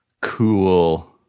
cool